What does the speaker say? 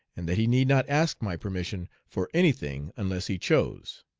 and that he need not ask my permission for any thing unless he chose.